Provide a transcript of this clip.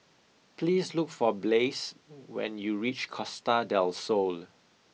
please look for Blaise when you reach Costa del Sol